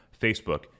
Facebook